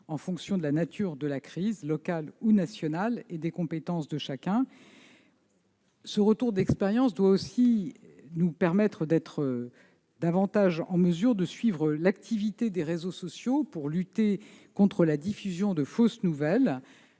en fonction de la nature de la crise- locale ou nationale -et des compétences de chacun. Ce retour d'expérience doit aussi nous permettre de mieux suivre l'activité des réseaux sociaux pour lutter contre la diffusion de fausses nouvelles.